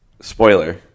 Spoiler